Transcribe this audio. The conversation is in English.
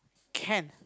can